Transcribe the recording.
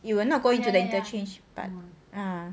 you will not go into the interchange but uh